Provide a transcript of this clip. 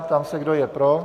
Ptám se, kdo je pro.